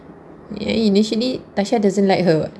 ya initially tasha doesn't like her [what]